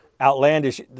outlandish